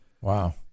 Wow